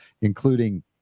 including